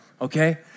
Okay